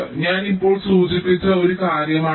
ഞാൻ ഇപ്പോൾ സൂചിപ്പിച്ച ഒരു കാര്യമാണിത്